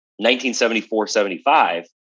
1974-75